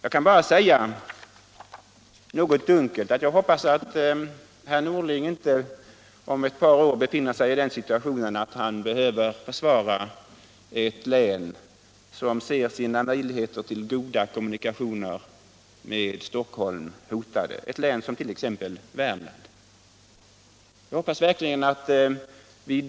Jag vågar något svävande säga att jag hoppas att herr Norling inte om ett par år befinner sig i den situationen att han behöver försvara ett län som ser sina möjligheter till goda kommunikationer med Stockholm hotade, ett län som Värmland 1. ex.